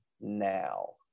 now